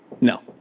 No